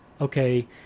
okay